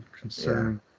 concern